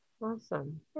Awesome